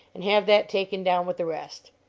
and have that taken down with the rest.